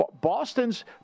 Boston's